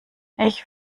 ich